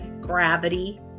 gravity